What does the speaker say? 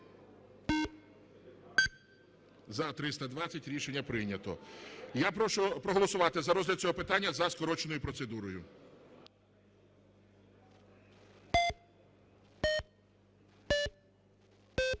За-320 Рішення прийнято. Я прошу проголосувати за розгляд цього питання за скороченою процедурою.